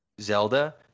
Zelda